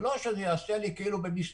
ולא שזה ייעשה במסתורין,